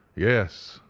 yes.